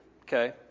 Okay